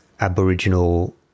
aboriginal